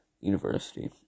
university